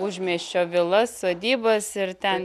užmiesčio vilas sodybas ir ten